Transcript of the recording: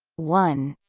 one